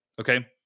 okay